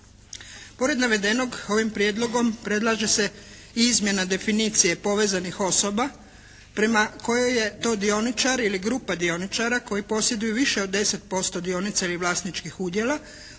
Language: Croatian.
Pored navedenog ovim prijedlogom predlaže se i izmjena definicije povezanih osoba prema kojoj je to dioničar ili grupa dioničara koji posjeduju više od 10% dionica ili vlasničkih udjela